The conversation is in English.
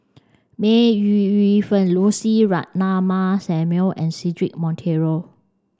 May Ooi Yu Fen Lucy Ratnammah Samuel and Cedric Monteiro